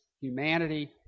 humanity